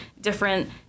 different